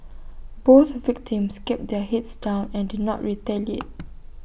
both victims kept their heads down and did not retaliate